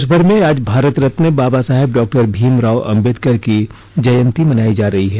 देशभर में आज भारत रत्न बाबा साहेब डॉक्टर भीमराव आम्बेडकर की जयंती मनाई जा रही है